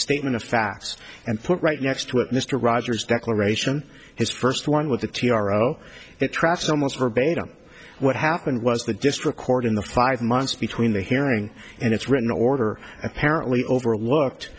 statement of facts and put right next to it mr rogers declaration his first one with the t r o it tracks almost verbatim what happened was that just recording the five months between the hearing and its written order apparently overlooked